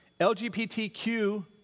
LGBTQ